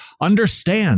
Understand